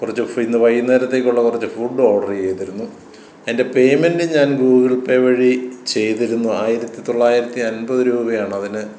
കുറച്ച് ഫീ ഇന്ന് വൈകുന്നേരത്തേക്കുള്ള കുറച്ച് ഫുഡ് ഓർഡർ ചെയ്തിരുന്നു എൻ്റെ പേയ്മെൻറ് ഞാൻ ഗൂഗിൾ പേ വഴി ചെയ്തിരുന്നു ആയിരത്തി തൊള്ളായിരത്തി അൻപത് രൂപയാണ് അതിന്